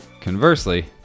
Conversely